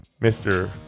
mr